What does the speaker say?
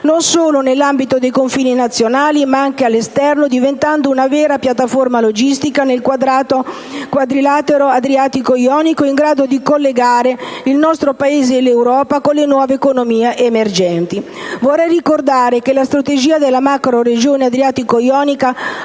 non solo nell'ambito dei confini nazionali, ma anche all'esterno, diventando una vera piattaforma logistica del quadrante adriatico-ionico, in grado di collegare il nostro Paese e l'Europa con le nuove economie emergenti. Vorrei ricordare che la strategia della macroregione adriatico-ionica